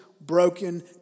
broken